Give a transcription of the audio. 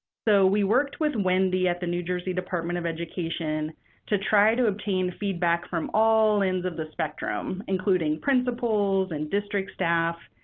so, we worked with wendy at the new jersey department of education to try to obtain feedback from all ends of the spectrum, including principals and district staff,